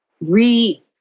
re